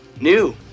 new